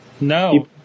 No